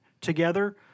together